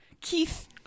Keith